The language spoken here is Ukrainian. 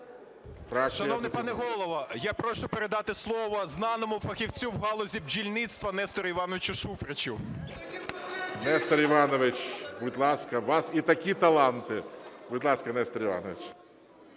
Шановний пане Голово, я прошу передати слово знаному фахівцю в галузі бджільництва Нестору Івановичу Шуфричу. ГОЛОВУЮЧИЙ. Нестор Іванович, будь ласка, у вас і такі таланти. Будь ласка, Нестор Іванович.